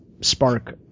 spark-